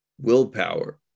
willpower